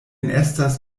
estas